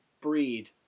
breed